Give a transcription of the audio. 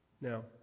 Now